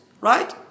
Right